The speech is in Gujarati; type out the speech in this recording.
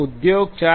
ઉદ્યોગ 4